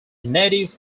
native